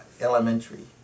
elementary